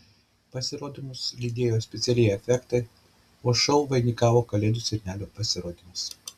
pasirodymus lydėjo specialieji efektai o šou vainikavo kalėdų senelio pasirodymas